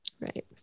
Right